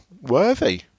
worthy